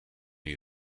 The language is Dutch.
hij